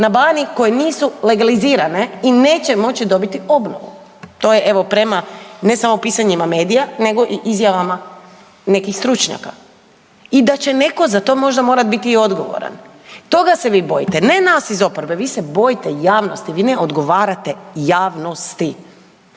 na Baniji koje nisu legalizirane i neće moći dobiti obnovu. To je evo prema ne samo pisanjima medijima nego i izjavama nekih stručnjaka. I da će netko za to možda morati biti i odgovoran. Toga se vi bojite, ne nas iz oporbe, vi se bojite javnosti, vi ne odgovarate javnosti.